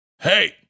Hey